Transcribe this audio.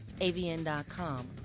AVN.com